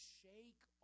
shake